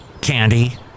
Candy